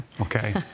okay